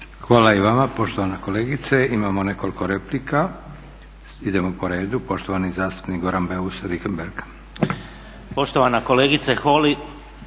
Hvala i vama poštovana kolegice. Imamo nekoliko replika. Idemo po redu. Poštovani zastupnik Goran Beus Richembergh.